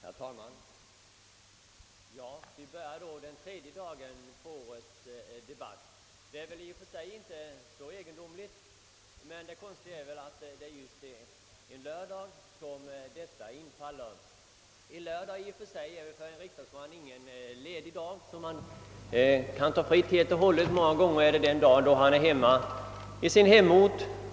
Herr talman! Vi börjar nu den tredje debattdagen om årets statsverksproposition. Detta är väl i och för sig inte så egendomligt. Det konstiga är att tredje dagen är en lördag. För en riksdagsman är väl inte lördagen alltid ledig dag, då han är fri helt och hållet.